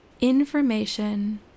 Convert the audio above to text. Information